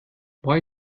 why